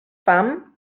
fam